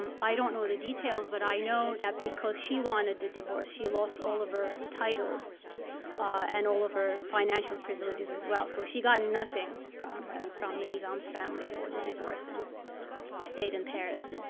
um i don't know the details, but i know that because she wanted a divorce, she lost all of her titles and all of her financial privileges as well. so she got nothing from the from the nizam's family for the divorce and stayed in paris.